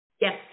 Yes